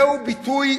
זהו ביטוי,